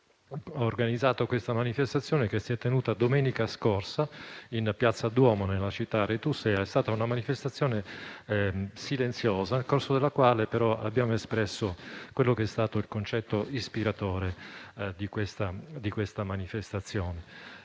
organizzato questa manifestazione, che si è tenuta domenica scorsa in piazza Duomo nella città aretusea. È stata una manifestazione silenziosa, nel corso della quale, però, abbiamo espresso il concetto ispiratore di questa manifestazione: